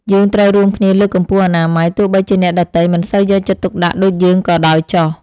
យើងត្រូវរួមគ្នាលើកកម្ពស់អនាម័យទោះបីជាអ្នកដទៃមិនសូវយកចិត្តទុកដាក់ដូចយើងក៏ដោយចុះ។